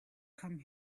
come